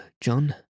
John